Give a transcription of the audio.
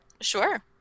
sure